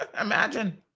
Imagine